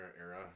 era